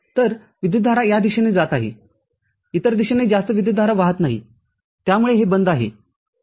तर विद्युतधारा या दिशेने जात आहे इतर दिशेने जास्त विद्युतधारा वाहत नाही त्यामुळे हे बंद आहे